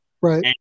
Right